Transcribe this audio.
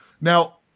Now